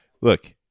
look